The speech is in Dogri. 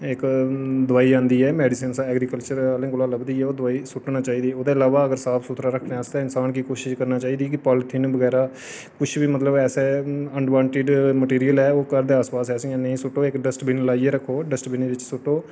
इक दवाई आंदी ऐ मैडीसीन ऐग्रिकल्चर आह्लें कोला लभदी ऐ ओह् दवाई सुट्टनी चाहिदी ओह्दे इलावा अगर साफ सुधरा रक्खने आस्तै इंसान गी कोशश करनी चाहिदी कि पालिथीन बगैरा कुछ बी मतलब ऐसा ऐ अनबांटिड मटीरियल ऐ ओह् घर दे आस पास असें नेईं सुट्टो इक डस्टबीन लाइयै रक्खो डस्टबीनै बिच्च सुट्टो